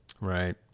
Right